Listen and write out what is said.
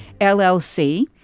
LLC